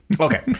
Okay